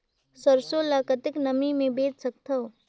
सरसो ल कतेक नमी मे बेच सकथव?